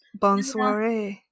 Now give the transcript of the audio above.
Bonsoir